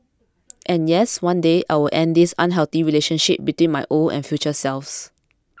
and yes one day I will end this unhealthy relationship between my old and future selves